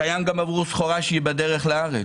קיים גם עבור סחורה שהיא בדרך לארץ.